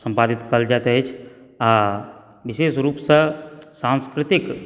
सम्पादित कएल जाइत अछि आ विशेष रूपसँ सांस्कृतिक